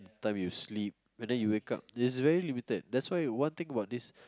time you sleep and then you wake up it's very limited that's why one thing about this